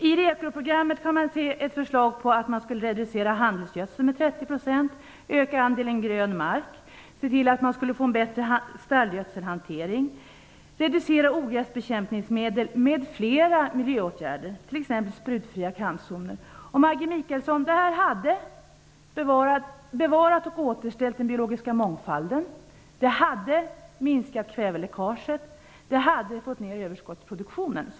I REKO-programmet finns det ett förslag om en reducering av handelsgödseln med 30 %, om att öka andelen grön mark, om en bättre stallgödselhantering, om en reducering av ogräsbekämpningsmedel m.fl. miljöåtgärder t.ex. sprutfria kantzoner. Maggi Mikaelsson, detta program hade bevarat och återställt den biologiska mångfalden, minskat kväveläckaget, fått ner överskottsproduktionen.